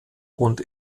und